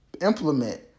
implement